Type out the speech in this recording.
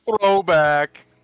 Throwback